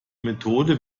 methode